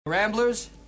Ramblers